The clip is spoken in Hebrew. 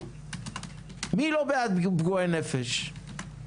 מי לא בעד פגועי נפש?